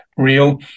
Real